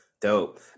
Dope